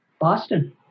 Boston